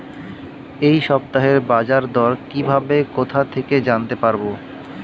এই সপ্তাহের বাজারদর কিভাবে কোথা থেকে জানতে পারবো?